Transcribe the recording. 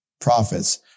prophets